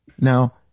Now